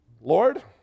Lord